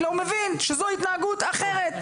אלא הוא מבין שזו התנהגות אחרת.